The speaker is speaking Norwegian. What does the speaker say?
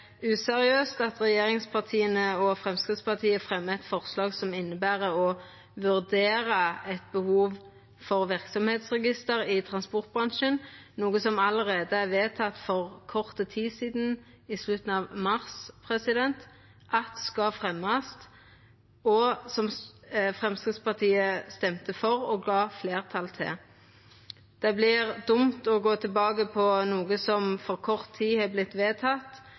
useriøst at regjeringspartia og Framstegspartiet fremjar eit forslag som inneber å vurdera eit behov for verksemdsregister i transportbransjen, noko som allereie er vedteke – for kort tid sidan, i slutten av mars – skal fremjast, og som Framstegspartiet stemte for og gav fleirtal til. Det vert dumt å gå tilbake på noko som for kort tid